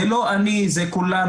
זה לא אני, זה כולנו.